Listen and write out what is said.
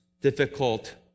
difficult